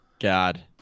God